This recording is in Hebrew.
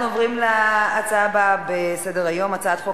אנחנו עוברים לנושא הבא בסדר-היום: הצעת חוק